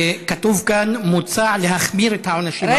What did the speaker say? כתוב כאן: "מוצע להחמיר את העונש בחוק".